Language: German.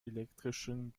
elektrischen